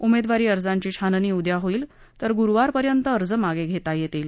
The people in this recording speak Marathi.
उमध्वीरी अर्जांची छाननी उद्या होईल तर गुरुवारपर्यंत अर्ज मागचित्ती यसील